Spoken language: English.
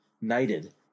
knighted